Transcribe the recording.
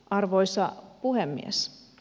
arvoisa puhemies